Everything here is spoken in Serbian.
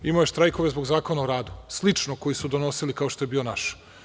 Imao je štrajkove zbog Zakona o radu, sličnog koji su donosili kao što je bio naš.